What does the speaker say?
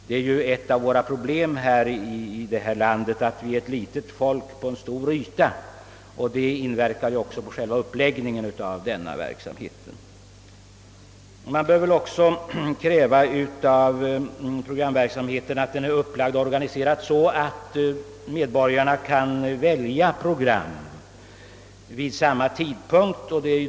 Det är ett av våra problem i det här landet att vi är ett litet folk på en stor yta, vilket inverkar på uppläggningen av verksamheten. Man bör också kräva av programverksamheten, att den är upplagd och organiserad så att medborgarna kommer att kunna välja program vid samma tidpunkt.